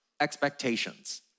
expectations